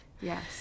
Yes